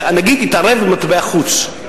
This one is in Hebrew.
שהנגיד יתערב במטבע חוץ,